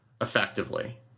effectively